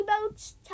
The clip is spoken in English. boats